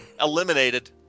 Eliminated